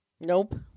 nope